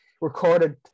recorded